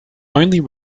only